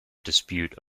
dispute